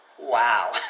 wow